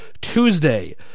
Tuesday